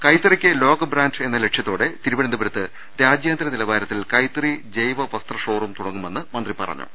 കൈത്തറിക്ക് ലോക ബ്രാന്റ് എന്ന ലക്ഷ്യത്തോടെ തിരുവനന്ത പുരത്ത് രാജ്യാന്തര നിലവാരത്തിൽ കൈത്തറി ജൈവ വസ്ത്ര ഷോറൂം തുടങ്ങുമെന്ന് മന്ത്രി പറഞ്ഞു